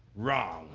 wrong.